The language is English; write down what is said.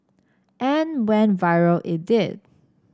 and went viral it did